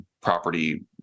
property